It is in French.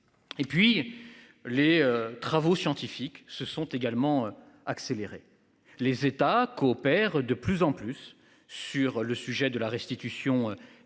Et puis les travaux scientifiques se sont également accélérer les États coopèrent de plus en plus sur le sujet de la restitution